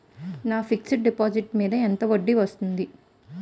నా fixed deposit మీద ఎంత వడ్డీ వస్తుంది?